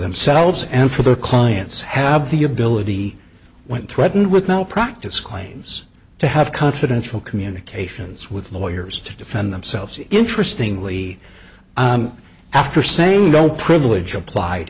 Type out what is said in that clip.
themselves and for their clients have the ability when threatened with malpractise claims to have confidential communications with lawyers to defend themselves interesting lee i'm after same don't privilege applied